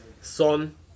Son